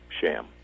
sham